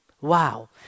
Wow